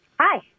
Hi